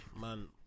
man